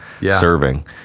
serving